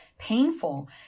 painful